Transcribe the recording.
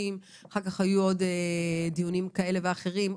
ואחר כך היו עוד דיונים כאלה ואחרים.